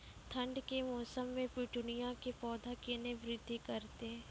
ठंड के मौसम मे पिटूनिया के पौधा केना बृद्धि करतै?